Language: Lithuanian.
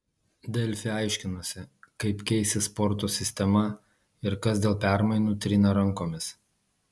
delfi aiškinosi kaip keisis sporto sistema ir kas dėl permainų trina rankomis